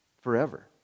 forever